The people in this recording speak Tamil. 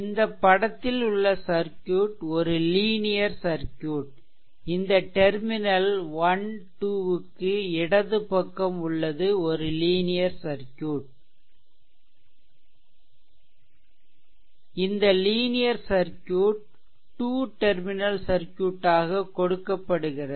இந்த படத்தில் உள்ள சர்க்யூட் ஒரு லீனியர் சர்க்யூட் இந்த டெர்மினல் 12 க்கு இடது பக்கம் உள்ளது ஒரு லீனியர் சர்க்யூட் ஐ காட்டுகிறது என்று வைத்துக் கொள்வோம் இந்த லீனியர் சர்க்யூட் டூ டெர்மினல் சர்க்யூட்டாக கொடுக்கப்படுகிறது